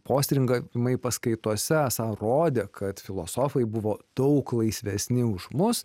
postringavimai paskaitose esą rodė kad filosofai buvo daug laisvesni už mus